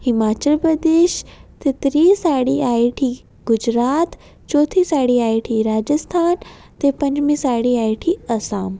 हिमाचल प्रदेश ते त्री साढ़ी आई उठी गुजरात चौथी साढ़ी आई उठी राजस्थान ते पंजमी साढ़ी आई उठी असाम